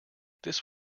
this